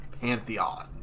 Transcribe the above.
pantheon